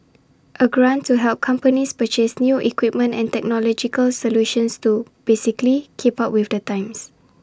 A grant to help companies purchase new equipment and technological solutions to basically keep up with the times